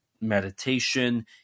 meditation